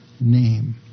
name